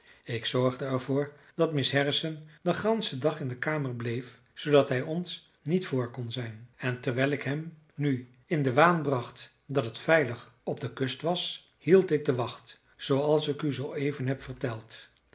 ik zorgde er voor dat miss harrison den ganschen dag in de kamer bleef zoodat hij ons niet voor kon zijn en terwijl ik hem nu in den waan bracht dat het veilig op de kust was hield ik de wacht zooals ik u zooeven heb verteld